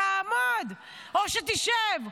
תעמוד או שתשב,